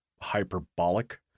hyperbolic